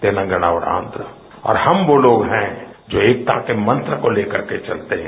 तेलंगाना और आंध्रा में और हम वो लोग हैं जो एकता के मंत्र को लेकर के चलते हैं